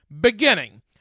beginning